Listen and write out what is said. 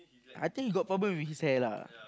I think got problem with his hair lah